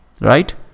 Right